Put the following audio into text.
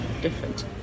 Different